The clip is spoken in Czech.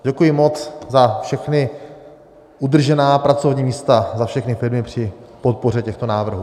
Děkuji moc za všechna udržená pracovní místa, za všechny firmy při podpoře těchto návrhů.